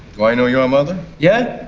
do i know your mother? yeah.